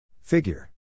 Figure